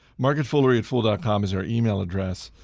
marketfoolery at fool dot com is our email address.